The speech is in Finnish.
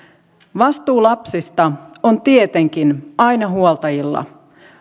vastuu lapsista on tietenkin aina huoltajilla